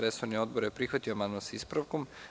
Resorni odbor je prihvatio amandman sa ispravkom.